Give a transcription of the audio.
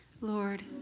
Lord